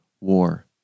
War